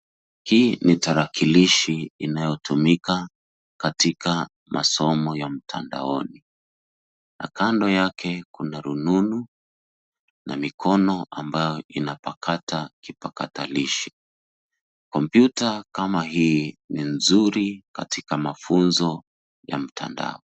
Hii ni tarakilishi inayotumika katika masomo ya mtandaoni, na kando yake kuna rununu na mikono ambayo inapakata kipakatalishi. Kompyuta kama hii ni nzuri katika mafunzo ya mtandao.